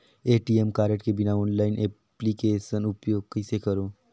ATM card के बिना online application उपयोग कइसे करो?